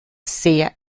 sehr